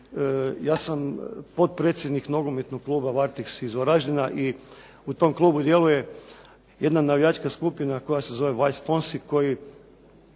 Ja sam potpredsjednik nogometnog kluba “Varteks“ iz Varaždina i u tom klubu djeluje jedna navijačka skupina koja se zove “Why sponsi“